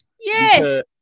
Yes